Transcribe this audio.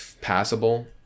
passable